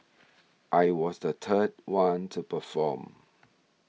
I was the third one to perform